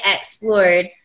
explored